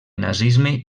nazisme